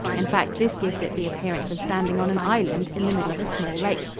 in fact, this gives it the appearance of standing on an island in the middle of a small lake.